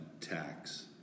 tax